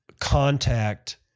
contact